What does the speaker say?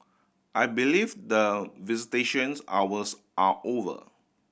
I believe the visitations hours are over